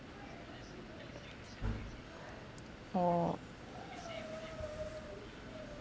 oo